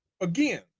again